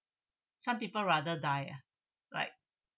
some people rather die ah like